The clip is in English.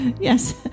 yes